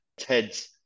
TEDS